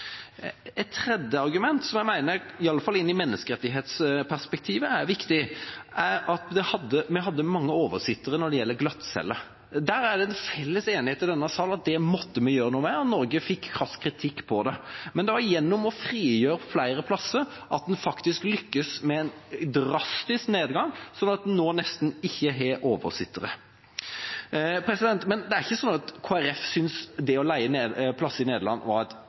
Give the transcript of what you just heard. Et tredje argument som jeg mener i hvert fall er viktig i menneskerettighetsperspektivet, er at vi hadde mange oversittere på glattcelle. Der er det en felles enighet i denne sal om at det måtte vi gjøre noe med, og Norge fikk krass kritikk for det. Men det var gjennom å frigjøre flere plasser at vi faktisk lyktes med en drastisk nedgang, sånn at en nå nesten ikke har oversittere. Det er ikke sånn at Kristelig Folkeparti synes at det å leie plasser i Nederland var et